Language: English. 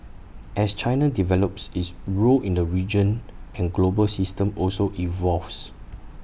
as China develops its role in the regional and global system also evolves